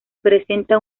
presenta